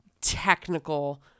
technical